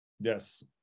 yes